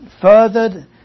furthered